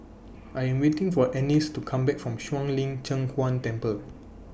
I Am waiting For Annis to Come Back from Shuang Lin Cheng Huang Temple